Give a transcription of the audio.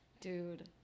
dude